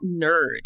nerd